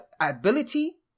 ability